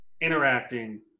interacting